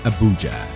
Abuja